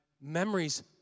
memories